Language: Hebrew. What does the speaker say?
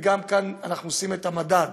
וגם כאן אנחנו עושים את המדד